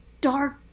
dark